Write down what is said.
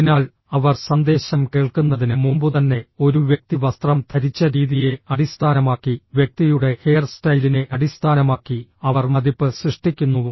അതിനാൽ അവർ സന്ദേശം കേൾക്കുന്നതിന് മുമ്പുതന്നെ ഒരു വ്യക്തി വസ്ത്രം ധരിച്ച രീതിയെ അടിസ്ഥാനമാക്കി വ്യക്തിയുടെ ഹെയർസ്റ്റൈലിനെ അടിസ്ഥാനമാക്കി അവർ മതിപ്പ് സൃഷ്ടിക്കുന്നു